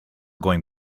going